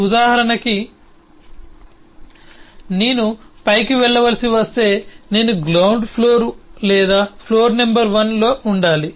ఉదాహరణకి నేను పైకి వెళ్ళవలసి వస్తే నేను గ్రౌండ్ ఫ్లోర్ లేదా ఫ్లోర్ నంబర్ 1 లో ఉండాలి